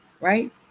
right